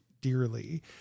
dearly